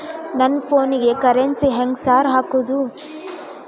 ನನ್ ಫೋನಿಗೆ ಕರೆನ್ಸಿ ಹೆಂಗ್ ಸಾರ್ ಹಾಕೋದ್?